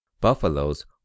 buffaloes